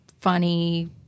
funny